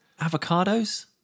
Avocados